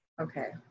Okay